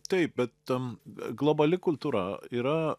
taip bet tam globali kultūra yra